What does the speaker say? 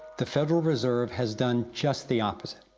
the federal reserve has done just the opposite.